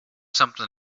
something